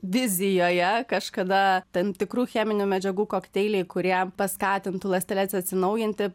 vizijoje kažkada tam tikrų cheminių medžiagų kokteiliai kurie paskatintų ląsteles atsinaujinti